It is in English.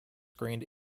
grained